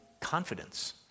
confidence